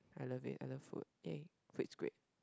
I love it I love food !yay! food is great